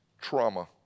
trauma